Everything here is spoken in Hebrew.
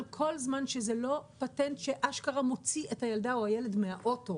אבל כל זמן שזה לא פטנט שאשכרה מוציא את הילדה או הילד מהאוטו